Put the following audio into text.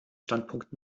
standpunkt